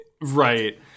Right